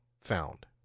found